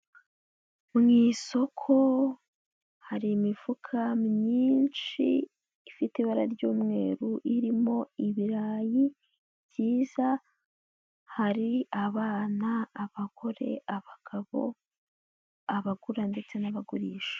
Mu isoko hari imifuka myinshi ifite ibara ry'umweru irimo ibirayi byiza, hari abana, abagore, abagabo, abagura, ndetse n'abagurisha.